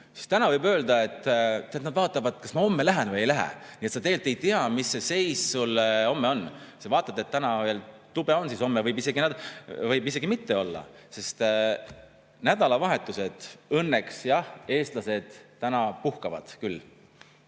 Täna võib öelda, et ta vaatab, kas ta homme läheb või ei lähe. Nii et sa tegelikult ei tea, mis see seis sul homme on. Sa vaatad, et täna veel tube on, aga homme võib isegi mitte olla, sest nädalavahetustel õnneks jah eestlased täna puhkavad küll.